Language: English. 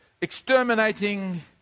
exterminating